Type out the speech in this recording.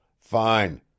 Fine